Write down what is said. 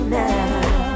now